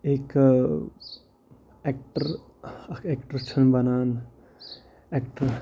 ایک ایکٹَر چھُنہٕ بَنان ایکٹَر